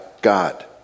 God